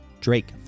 Drake